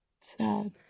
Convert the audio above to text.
Sad